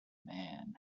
man